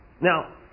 Now